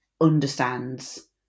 understands